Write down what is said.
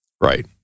Right